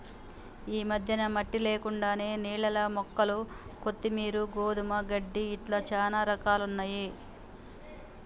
ఈ మధ్యన మట్టి లేకుండానే నీళ్లల్ల మొక్కలు కొత్తిమీరు, గోధుమ గడ్డి ఇట్లా చానా రకాలున్నయ్యి